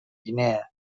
guinea